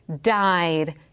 died